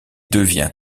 devient